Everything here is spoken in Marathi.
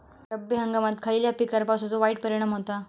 रब्बी हंगामात खयल्या पिकार पावसाचो वाईट परिणाम होता?